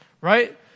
Right